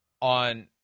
on